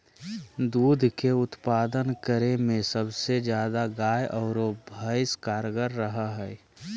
दूध के उत्पादन करे में सबसे ज्यादा गाय आरो भैंस कारगार रहा हइ